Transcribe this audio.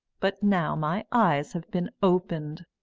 but now my eyes have been opened.